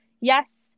yes